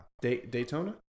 Daytona